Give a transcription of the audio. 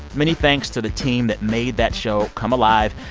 many thanks to the team that made that show come alive,